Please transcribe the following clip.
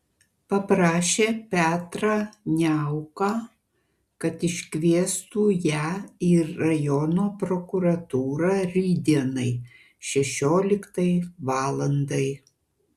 paprašė petrą niauką kad iškviestų ją į rajono prokuratūrą rytdienai šešioliktai valandai